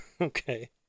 okay